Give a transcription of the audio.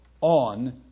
on